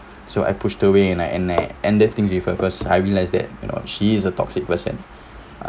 so I pushed away and I and I ended thing with her cause I realised that you know she is a toxic person ah